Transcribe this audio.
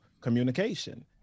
communication